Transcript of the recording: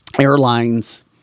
airlines